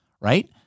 Right